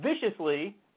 viciously